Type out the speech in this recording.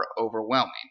overwhelming